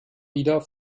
wieder